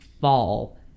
fall